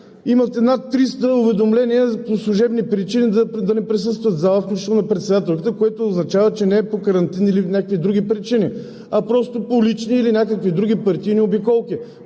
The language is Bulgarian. имахте над 300 уведомления по служебни причини да не присъстват в залата, включително на председателката, което означава, че не е по карантина или някакви други причини, а просто по лични или някакви други партийни обиколки.